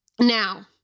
now